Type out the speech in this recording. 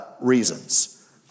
reasons